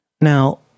Now